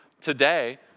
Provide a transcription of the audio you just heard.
today